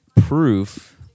proof